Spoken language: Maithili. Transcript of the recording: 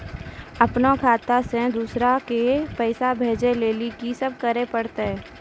अपनो खाता से दूसरा के पैसा भेजै लेली की सब करे परतै?